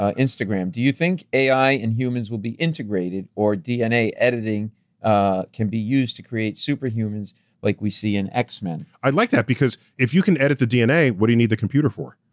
ah instagram, do you think ai in humans will be integrated or dna editing ah can be used to create superhumans like we see in x-men? i'd like that because, if you can edit the dna, what do you need the computer for?